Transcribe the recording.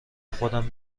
خودم